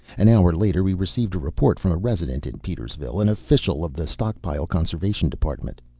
an hour later we received a report from a resident in petersville, an official of the stockpile conservation department.